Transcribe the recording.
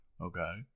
Okay